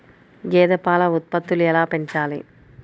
గేదె పాల ఉత్పత్తులు ఎలా పెంచాలి?